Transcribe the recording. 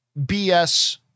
BS